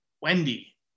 Wendy